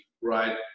right